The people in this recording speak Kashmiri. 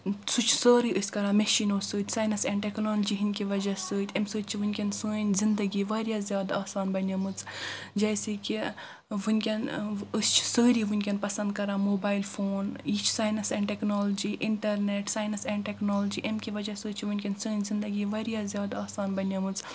سُہ چھِ سٲری أسۍ کران مِشینو سۭتۍ ساینس اینٛڈ ٹیٚکنالجۍ ہنٛدۍ کہِ وجہِ سۭتۍ امہِ سۭتۍ چھِ ونکیٚن سٲنۍ زنٛدگی واریاہ زیادٕ آسان بنیمژ جیسے کہِ ونکیٚن أسۍ چھِ سٲری ونکیٚن پسنٛد کران موبایل فون یہِ چھُ science and technology internet science and technology امہِ کہِ وجہِ سۭتۍ چھ ونکیٚن سٲنۍ زنٛدگی واریاہ زیادٕ آسان بنیمٕژ